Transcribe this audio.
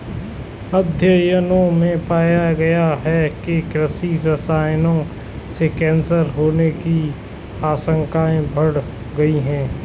अध्ययनों में पाया गया है कि कृषि रसायनों से कैंसर होने की आशंकाएं बढ़ गई